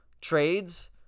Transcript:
trades